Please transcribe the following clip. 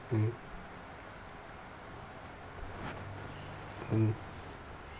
mm mm